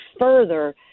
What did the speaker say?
further